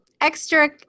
Extra